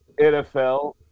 NFL